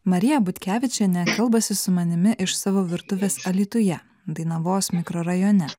marija butkevičienė kalbasi su manimi iš savo virtuvės alytuje dainavos mikrorajone